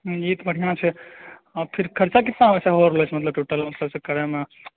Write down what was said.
हाँ ई तऽ पटना सॅं आखिर खर्चा कितना लागतौं आओर ई सब करै मे